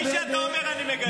את מי שאתה אומר אני מגנה.